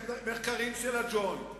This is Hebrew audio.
מחקרים של ה"ג'וינט",